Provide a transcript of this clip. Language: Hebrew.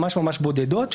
ממש בודדות,